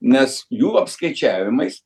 nes jų apskaičiavimais